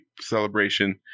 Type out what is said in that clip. celebration